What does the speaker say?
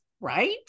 right